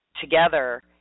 together